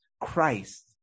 Christ